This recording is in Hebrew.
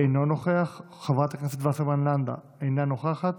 אינו נוכח, חברת הכנסת וסרמן לנדה, אינה נוכחת,